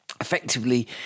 Effectively